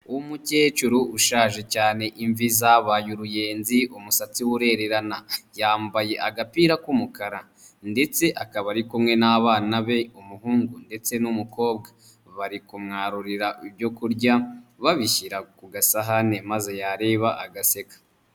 Umukecuru ushaje cyane imvi zabaye uruyenzi umusatsi we urererana yambaye agapira k'umukara, ndetse akaba ari kumwe n'abana be umuhungu ndetse n'umukobwa, bari kumwarurira ibyo kurya babishyira ku gasahani maze yareba agaseka.